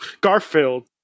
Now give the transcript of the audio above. garfield